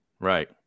Right